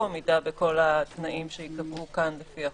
עמידה בכל התנאים שייקבעו כאן לפי החוק.